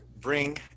bring